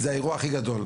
זה האירוע הכי גדול.